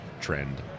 trend